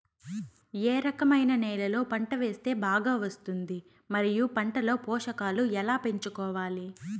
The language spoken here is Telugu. ఏ రకమైన నేలలో పంట వేస్తే బాగా వస్తుంది? మరియు పంట లో పోషకాలు ఎలా పెంచుకోవాలి?